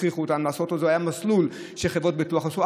הכריחו אותם לעשות, היה מסלול שחברות ביטוח עשו.